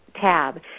tab